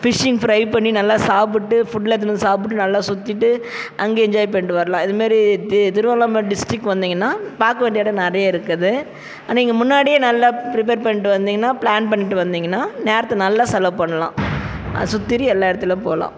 fishing fry பண்ணி நல்லா சாப்பிட்டு ஃபுட்லாம் எடுத்துன்னு வந்து சாப்பிட்டு நல்லா சுற்றிட்டு அங்கே என்ஜாய் பண்ணிட்டு வரலாம் இது மாரி தி திருவண்ணாமல டிஸ்ட்டிக் வந்தீங்கன்னா பார்க்க வேண்டிய இடம் நிறைய இருக்குது நீங்கள் முன்னாடியே நல்லா ப்ரிப்பேர் பண்ணிட்டு வந்தீங்கன்னா ப்ளான் பண்ணிட்டு வந்தீங்கன்னா நேரத்தை நல்லா செலவு பண்ணலாம் சுத்திரும் எல்லா இடத்துலியும் போகலாம்